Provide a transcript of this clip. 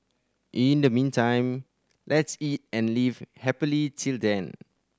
in the meantime let's eat and live happily till then